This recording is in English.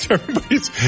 Everybody's